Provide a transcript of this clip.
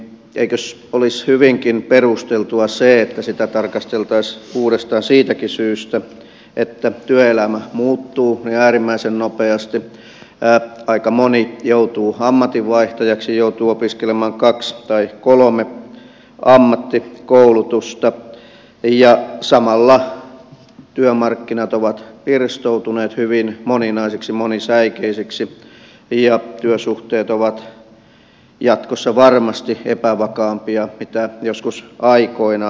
eikö olisi hyvinkin perusteltua se että sitä tarkasteltaisiin uudestaan siitäkin syystä että työelämä muuttuu äärimmäisen nopeasti aika moni joutuu ammatinvaihtajaksi joutuu opiskelemaan kaksi tai kolme ammattikoulutusta ja samalla työmarkkinat ovat pirstoutuneet hyvin moninaisiksi monisäikeisiksi ja työsuhteet ovat jatkossa varmasti epävakaampia kuin joskus aikoinaan